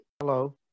Hello